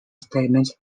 statements